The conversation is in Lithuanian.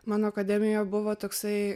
mano akademijoj buvo toksai